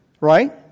right